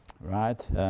right